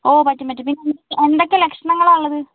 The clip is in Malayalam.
ഓ പറ്റും പറ്റും പിന്നെ എന്തൊക്കെ ലക്ഷണങ്ങളാണ് ഉള്ളത്